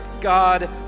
God